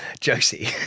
Josie